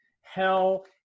Hell